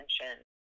attention